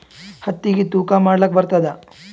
ಹತ್ತಿಗಿ ತೂಕಾ ಮಾಡಲಾಕ ಬರತ್ತಾದಾ?